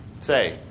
say